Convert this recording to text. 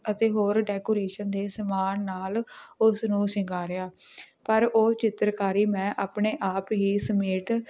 ਅਤੇ ਹੋਰ ਡੈਕੋਰੇਸ਼ਨ ਦੇ ਸਮਾਨ ਨਾਲ ਉਸ ਨੂੰ ਸ਼ਿੰਗਾਰਿਆ ਪਰ ਉਹ ਚਿੱਤਰਕਾਰੀ ਮੈਂ ਆਪਣੇ ਆਪ ਹੀ ਸਮੇਟ